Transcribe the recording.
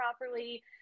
properly